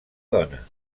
dona